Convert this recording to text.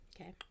Okay